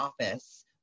office